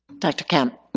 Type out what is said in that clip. dr. kempe?